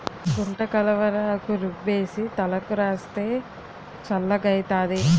గుంటకలవరాకు రుబ్బేసి తలకు రాస్తే చల్లగౌతాది